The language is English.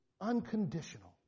unconditional